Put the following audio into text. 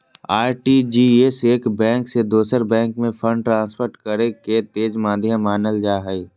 RTGS एक bank से दोसर बैंक में फंड ट्रांसफर करे के तेज माध्यम मानल जा हय